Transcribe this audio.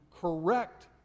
correct